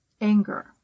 anger